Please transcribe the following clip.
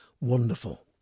wonderful